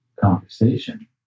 conversation